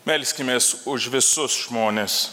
melskimės už visus žmones